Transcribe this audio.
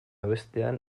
bestean